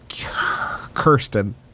Kirsten